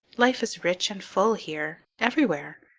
life is rich and full here. everywhere.